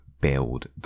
build